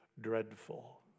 dreadful